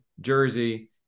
jersey